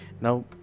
now